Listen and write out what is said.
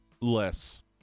less